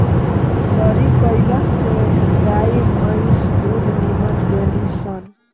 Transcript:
चरी कईला से गाई भंईस दूध निमन देली सन